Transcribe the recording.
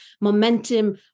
momentum